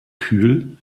kühl